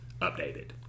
updated